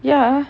ya